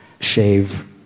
shave